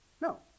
No